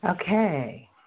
Okay